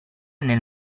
nel